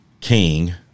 king